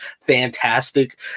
fantastic